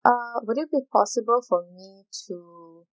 uh will it be possible for me to